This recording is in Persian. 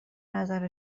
نظر